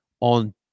on